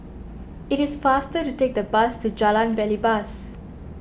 it is faster to take the bus to Jalan Belibas